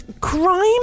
crime